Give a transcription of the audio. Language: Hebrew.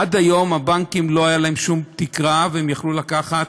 עד היום לבנקים לא הייתה שום תקרה והם יכלו לקחת